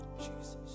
Jesus